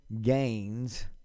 gains